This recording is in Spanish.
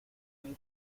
pide